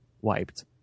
wiped